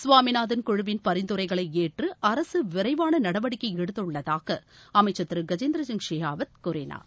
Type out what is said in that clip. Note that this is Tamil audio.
சுவாமிநாதன் குழுவின் பரிந்துரைகளை ஏற்று அரசு விரைவான நடவடிக்கையை எடுத்துள்ளதாக அமைச்சர் திரு கஜேந்திர சிங் ஷெகாவத் கூறினார்